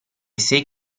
sei